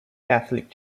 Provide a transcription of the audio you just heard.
catholic